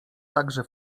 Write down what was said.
także